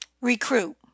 Recruit